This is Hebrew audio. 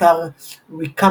אתר recumbents.com